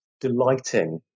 delighting